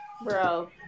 Bro